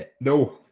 No